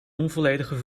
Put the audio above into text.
onvolledige